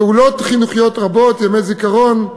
פעולות חינוכיות רבות, ימי זיכרון,